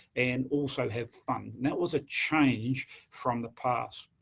and also have fun. that was a change from the past.